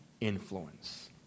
influence